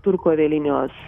turkų avialinijos